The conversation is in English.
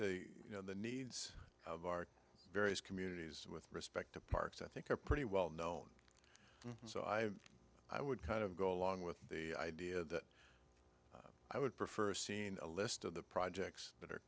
the you know the needs of our various communities with respect to parks i think are pretty well known so i i would kind of go along with the idea that i would prefer seen a list of the projects that are